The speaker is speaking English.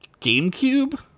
GameCube